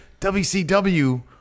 WCW